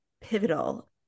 pivotal